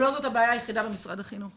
אבל לא זאת הבעיה היחידה במשרד החינוך.